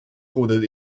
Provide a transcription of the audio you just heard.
coded